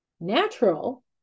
Natural